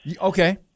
Okay